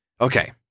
Okay